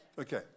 Okay